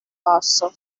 basso